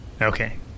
Okay